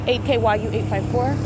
8KYU854